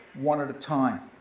one at a time.